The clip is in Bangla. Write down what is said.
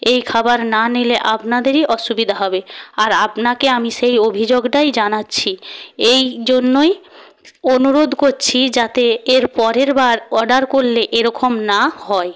এই খাবার না নিলে আপনাদেরই অসুবিধা হবে আর আপনাকে আমি সেই অভিযোগটাই জানাচ্ছি এই জন্যই অনুরোধ করছি যাতে এর পরের বার অর্ডার করলে এরকম না হয়